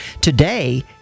Today